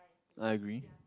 I agree